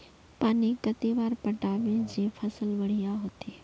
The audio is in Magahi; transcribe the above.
पानी कते बार पटाबे जे फसल बढ़िया होते?